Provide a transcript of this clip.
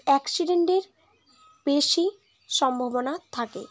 অ্যাক্সিডেন্টের বেশি সম্ভাবনা থাকে